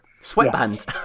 Sweatband